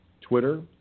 Twitter